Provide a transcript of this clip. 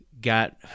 got